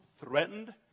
threatened